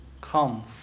Come